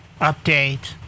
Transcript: update